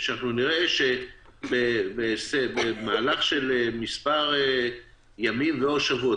נראה במהלך של מספר ימים או שבועות,